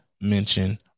Mention